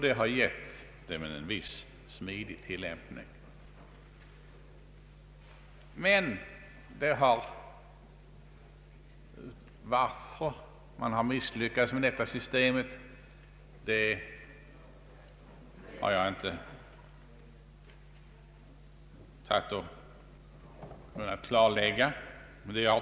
Det har gett den en viss smidighet. Varför man misslyckats med detta system har jag inte kunnat klarlägga.